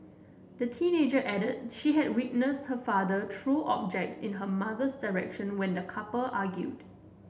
the teenager added she had witnessed her father throw objects in her mother's direction when the couple argued